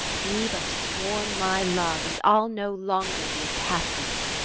be but sworn my love, and i'll no longer be a capulet.